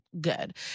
good